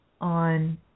on